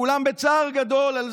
אין זה סוף